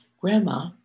Grandma